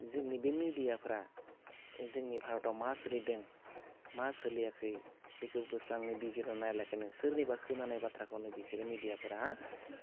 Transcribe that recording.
जोंनि बे मिडियाफ्रा जोंनि भारतआव मा सोलिदों मा सोलियाखै बेखौ बोस्राङै बिजिरना नायालाखैनो सोरनिबा खोनानाय बाथ्राखौनो बिसोरो मिडियाफोरा